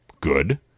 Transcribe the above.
good